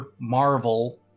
Marvel